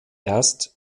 erst